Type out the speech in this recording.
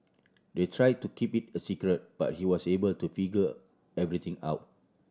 they try to keep it a secret but he was able to figure everything out